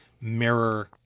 mirror